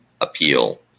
appeal